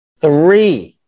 Three